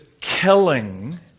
killing